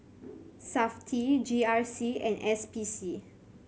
Safti G R C and S P C